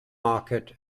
market